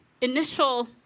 initial